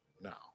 now